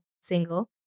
single